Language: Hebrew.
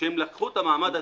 שהם לקחו את המעמד הזה.